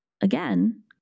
again